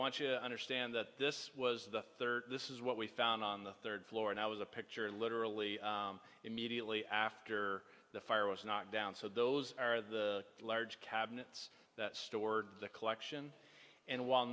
want you to understand that this was the third this is what we found on the third floor and i was a picture literally immediately after the fire was knocked down so those are the large cabinets that stored the collection and while